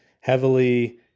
heavily